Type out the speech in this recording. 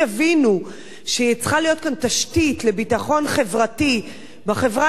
שצריכה להיות כאן תשתית לביטחון חברתי בחברה הישראלית,